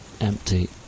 empty